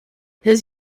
his